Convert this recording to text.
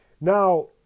Now